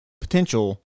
potential